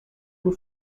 por